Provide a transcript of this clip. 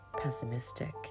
pessimistic